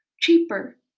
cheaper